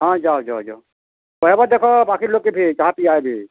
ହଁ ଯାଅ ଯଅ ଯଅ କହେବ ଦେଖ ବାକିର୍ ଲୋକକେ ଭି ଚାହା ପିଇ ଆଇବେ